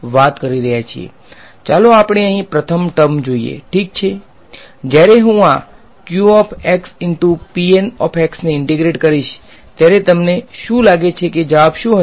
ચાલો આપણે અહીં પ્રથમ ટર્મ જોઈએ ઠીક છે જ્યારે હું આ ને ઈંટેગ્રેટ કરીશ ત્યારે તમને શું લાગે છે કે જવાબ શુ હશે